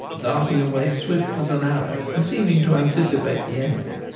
darting away swift as an arrow and seeming to anticipate the enemy.